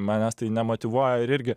manęs tai nemotyvuoja ir irgi